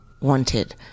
wanted